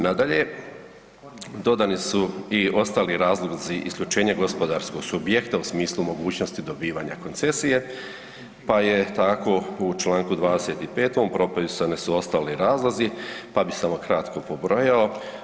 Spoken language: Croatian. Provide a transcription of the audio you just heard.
Nadalje, dodani su i ostali razlozi isključenje gospodarskog subjekta u smislu mogućnosti dobivanja koncesije pa je tako u čl. 25. propisane su ostali razlozi, pa bih samo kratko pobrojao.